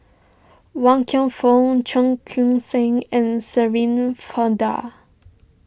Wan Kam Fook Cheong Koon Seng and Shirin Fozdar